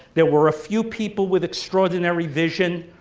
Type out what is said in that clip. there were a few people with extraordinary vision.